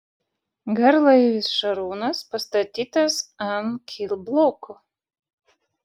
garlaivis šarūnas pastatytas ant kilbloko